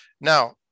Now